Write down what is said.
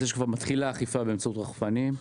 וכבר מתחילה אכיפה באמצעות רחפנים.